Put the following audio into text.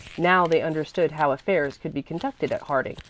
now they understood how affairs could be conducted at harding,